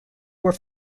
were